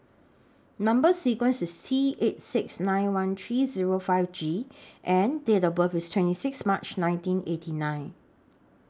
Number sequence IS T eight six nine one three Zero five G and Date of birth IS twenty six March nineteen eighty nine